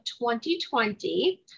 2020